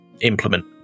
implement